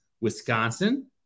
Wisconsin